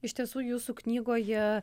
iš tiesų jūsų knygoje